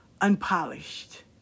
unpolished